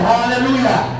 Hallelujah